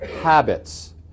habits